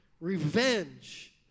revenge